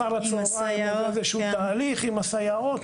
אחר הצוהריים איזשהו תהליך עם הסייעות,